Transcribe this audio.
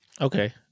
Okay